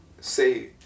say